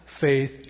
faith